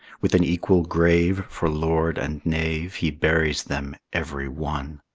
with an equal grave for lord and knave, he buries them every one.